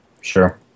Sure